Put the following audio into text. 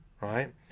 right